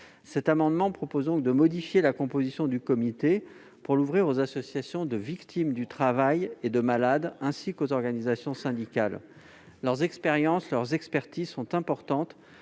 Cet amendement vise donc à modifier la composition du comité pour l'ouvrir aux associations de victimes du travail et de malades ainsi qu'aux syndicats. Leurs expériences et expertises sont importantes